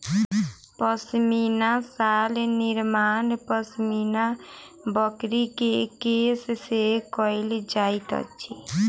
पश्मीना शाल निर्माण पश्मीना बकरी के केश से कयल जाइत अछि